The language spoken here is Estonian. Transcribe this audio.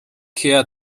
hea